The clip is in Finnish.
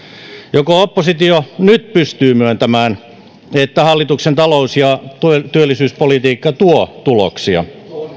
joko oppositio nyt pystyy myöntämään että hallituksen talous ja työllisyyspolitiikka tuo tuloksia